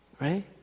right